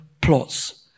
plots